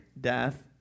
death